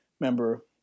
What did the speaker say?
member